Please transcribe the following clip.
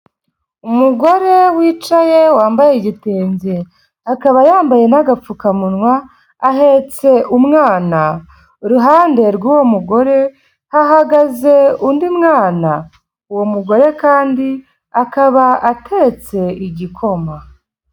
Umugore wicaye wambaye igitenge, akaba yambaye n'agapfukamunwa ahetse umwana, iruhande rw'uwo mugore hahagaze undi mwana, uwo mugore kandi akaba atetse igikoma.